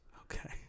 okay